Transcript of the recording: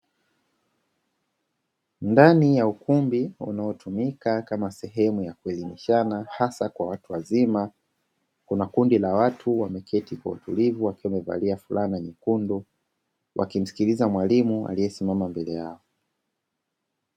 Ndani ya ukumbi unaotumika kama sehemu ya kuelimishana hasa kwa watu wazima kuna kundi la watu wameketi kwa utulivu wakiwa wamevalia fulana nyekundu wakimsikiliza mwalimu aliyesimama mbele yao.